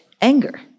anger